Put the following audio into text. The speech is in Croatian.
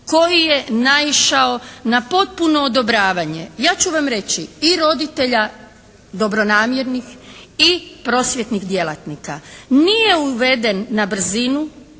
koji je naišao na potpuno odobravanje, ja ću vam reći i roditelja dobronamjernih i prosvjetnih djelatnika. Nije uveden na brzinu.